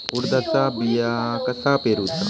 उडदाचा बिया कसा पेरूचा?